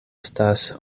estas